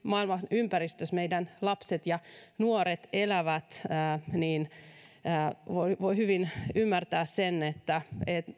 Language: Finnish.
ympäristössä meidän lapset ja nuoret elävät niin voi voi hyvin ymmärtää sen että